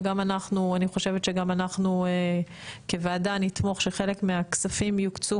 ואני חושבת שגם אנחנו כוועדה נתמוך שחלק מהכספים יוקצו